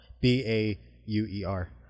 B-A-U-E-R